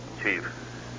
Chief